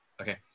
okay